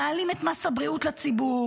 מעלים את מס הבריאות לציבור,